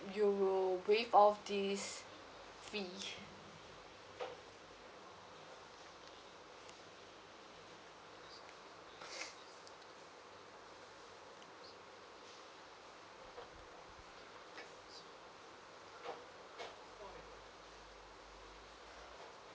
you will waive off this fee